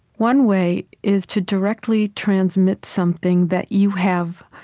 one way is to directly transmit something that you have,